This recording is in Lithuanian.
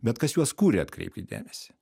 bet kas juos kūrė atkreipkit dėmesį